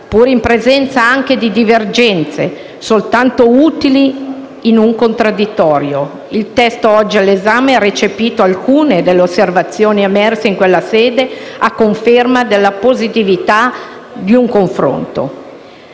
pur in presenza di divergenze, utili nel contraddittorio. Il testo oggi in esame ha recepito infatti alcune delle osservazioni emerse in quella sede, a conferma della positività del confronto.